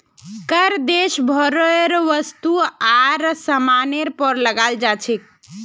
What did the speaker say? कर देश भरेर वस्तु आर सामानेर पर लगाल जा छेक